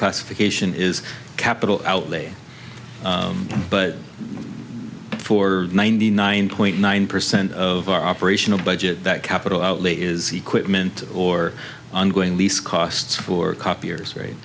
classification is capital outlay but for ninety nine point nine percent of our operational budget that capital outlay is he quit mint or ongoing lease costs for copiers